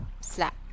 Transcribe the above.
slap